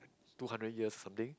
two hundred years something